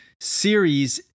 series